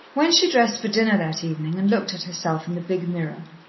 when she dressed for dinner that evening and looked at herself in the big mirror,